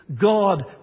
God